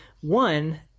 One